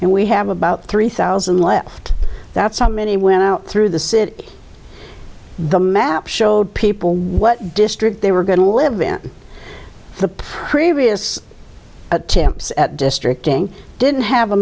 and we have about three thousand left that's how many went out through the city the map showed people what district they were going to live then the previous attempts at district ing didn't have a